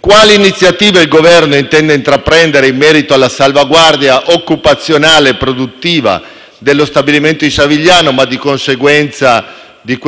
quali iniziative il Governo intenda intraprendere in merito alla salvaguardia occupazionale e produttiva dello stabilimento di Savigliano e di conseguenza di